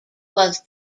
was